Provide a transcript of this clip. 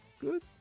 good